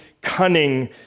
cunning